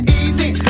easy